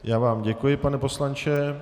Já vám děkuji, pane poslanče.